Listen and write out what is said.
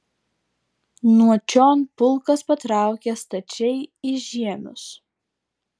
nuo čion pulkas patraukė stačiai į žiemius